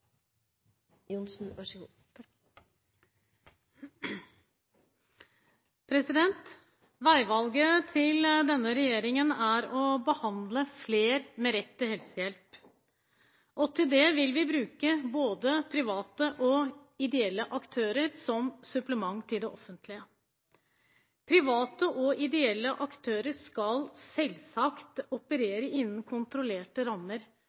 å behandle flere med rett til helsehjelp. Til det vil vi bruke både private og ideelle aktører som supplement til det offentlige. Private og ideelle aktører skal selvsagt operere innen kontrollerte rammer